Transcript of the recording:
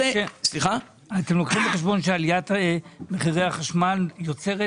אתם לוקחים בחשבון שעליית מחירי החשמל יוצרת